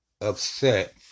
upset